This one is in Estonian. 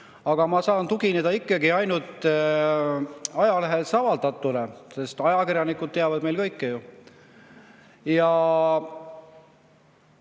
Ma saan tugineda ikkagi ainult ajalehes avaldatule, sest ajakirjanikud teavad meil ju kõike. Üks